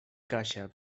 kasia